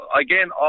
Again